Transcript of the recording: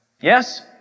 Yes